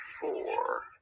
four